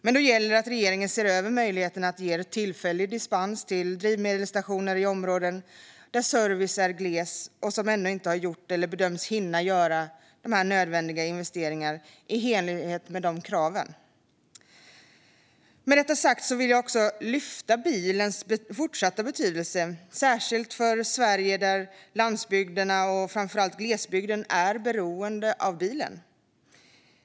Men då gäller det att regeringen ser över möjligheterna att ge en tillfällig dispens till drivmedelsstationer i områden där servicen är gles som ännu inte har gjort, eller som inte bedöms hinna göra, nödvändiga investeringar i enlighet med kraven. Jag vill lyfta fram bilens fortsatta betydelse, särskilt för Sverige, där landsbygden och framför allt glesbygden är beroende av bilen.